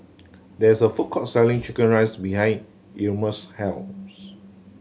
there is a food court selling chicken rice behind Erasmus' health